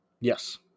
Yes